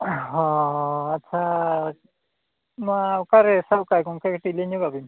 ᱦᱚᱸ ᱟᱪᱪᱷᱟ ᱱᱚᱣᱟ ᱚᱠᱟᱨᱮᱭ ᱥᱟᱵ ᱠᱟᱜᱼᱟ ᱜᱚᱢᱠᱮ ᱠᱟᱹᱴᱤᱡ ᱞᱟᱹᱭ ᱧᱚᱜ ᱟᱹᱵᱤᱱ